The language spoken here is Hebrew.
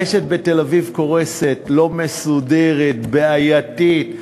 הרשת בתל-אביב קורסת, לא מסודרת, בעייתית.